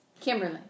Kimberly